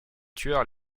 tueur